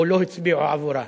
או לא הצביעו עבורה,